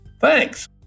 Thanks